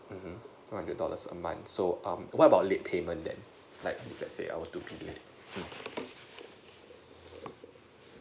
mmhmm two hundred dollars a month so um what about late payment that like let's say overdue period mm